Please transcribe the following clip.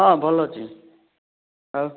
ହଁ ଭଲ ଅଛି ଆଉ